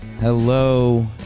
Hello